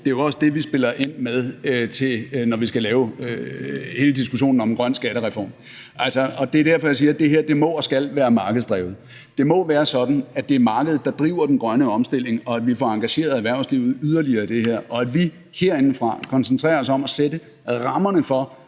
Det er også det, vi spiller ind med, i forbindelse med at vi skal have diskussionen om en grøn skattereform. Og det er derfor, jeg siger, at det her må og skal være markedsdrevet. Det må være sådan, at det er markedet, der driver den grønne omstilling, at vi får engageret erhvervslivet yderligere i det her, og at vi herindefra koncentrerer os om at sætte rammerne for,